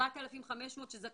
4,500,